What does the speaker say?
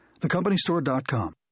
TheCompanyStore.com